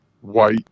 White